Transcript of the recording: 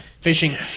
fishing